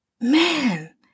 man